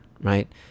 right